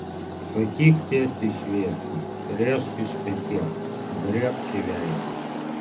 sakyk tiesiai šviesiai rėžk iš peties drėbk į veidą